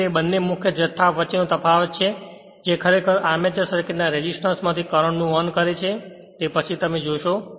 તેથી તે આ બંને મુખ્ય જથ્થા વચ્ચેનો તફાવત છે જે ખરેખર આર્મચર સર્કિટના રેસિસ્ટન્સ માથી કરંટ નું વહન કરે છે તે પછીથી જોશે